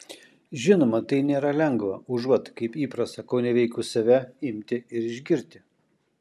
žinoma tai nėra lengva užuot kaip įprasta koneveikus save imti ir išgirti